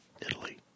Italy